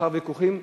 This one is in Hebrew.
לאחר ויכוחים,